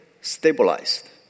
stabilized